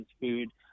food